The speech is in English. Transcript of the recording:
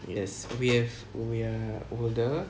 yes we have we are older